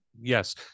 Yes